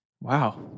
Wow